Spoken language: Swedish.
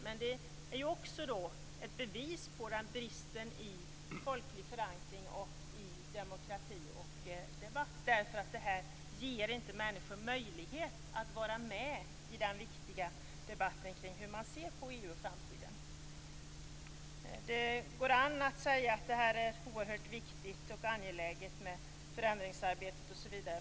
Men det är också ett bevis på att det är en brist när det gäller folklig förankring, demokrati och debatt. Det här ger ju inte människor möjlighet att vara med i den viktiga debatten kring hur man ser på EU och framtiden. Det går an att säga att det är oerhört viktigt och angeläget med förändringsarbetet osv.